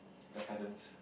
my cousins